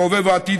בהווה ובעתיד,